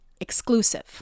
exclusive